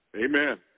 Amen